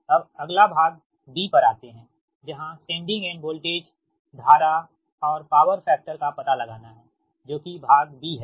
अब अगला भाग पर आते है जहाँ सेंडिंग एंड वोल्टेज धारा और पावर फैक्टर का पता लगाना है जो कि भाग है